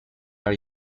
are